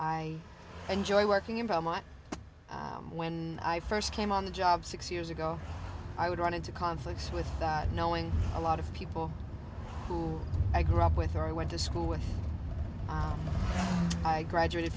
i enjoy working in how much when i first came on the job six years ago i would run into conflicts with that knowing a lot of people who i grew up with i went to school with i graduated